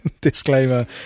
Disclaimer